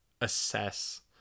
assess